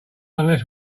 unless